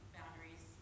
boundaries